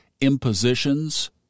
impositions